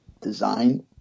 design